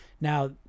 Now